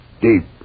Deep